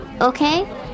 okay